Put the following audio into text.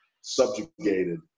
subjugated